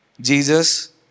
Jesus